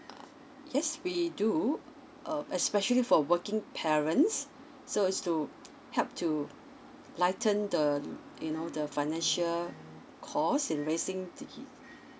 yes we do uh especially for working parents so it's to help to lighten the you know the financial cost in raising the